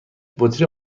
بطری